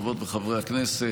חברות וחברי הכנסת,